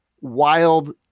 wild